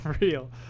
real